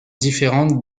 différentes